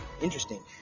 Interesting